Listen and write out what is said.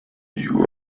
you